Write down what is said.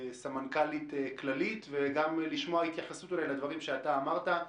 סמנכ"לית כללית ואולי גם לשמוע התייחסות לדברים שאמרת.